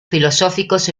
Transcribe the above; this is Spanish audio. filosóficos